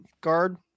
guard